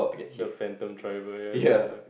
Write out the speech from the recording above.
the phantom driver ya it's gonna hit her